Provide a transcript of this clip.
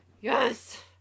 Yes